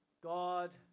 God